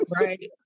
Right